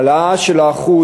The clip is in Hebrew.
העלאה של 1%,